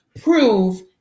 prove